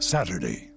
Saturday